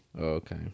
Okay